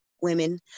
women